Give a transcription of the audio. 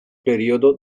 periodo